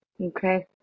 Okay